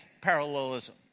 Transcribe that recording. parallelism